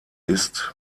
ist